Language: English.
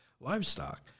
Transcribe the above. livestock